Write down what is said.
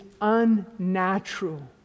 unnatural